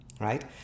right